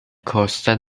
costa